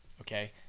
Okay